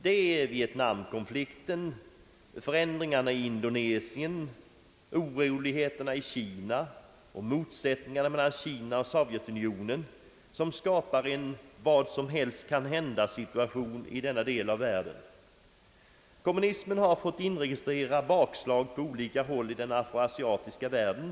Det är vietnamkonflikten, förändringarna i Indonesien, oroligheterna i Kina och motsättningarna mellan Kina och Sovjetunionen som skapar en »vad som helst kan hända-situation» i denna del av världen. Kommunismen har fått inregistrera bakslag på olika håll i den afroasiatiska världen.